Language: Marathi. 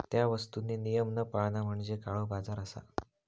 त्या वस्तुंनी नियम न पाळणा म्हणजे काळोबाजार असा